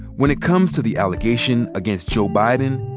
when it comes to the allegation against joe biden,